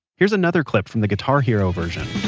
here's another clip from the guitar hero version